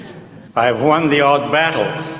i've won the odd battle,